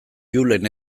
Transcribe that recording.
julen